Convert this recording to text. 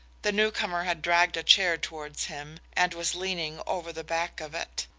the newcomer had dragged a chair towards him and was leaning over the back of it.